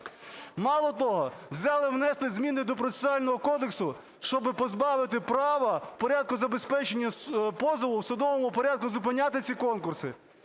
Мало того, взяли і внесли зміни до Процесуального кодексу, щоби позбавити права в порядку забезпечення позову, в судовому порядку зупиняти ці конкурси,